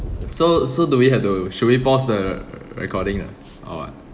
so so do we have to should we pause the recording ah or what